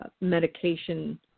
medication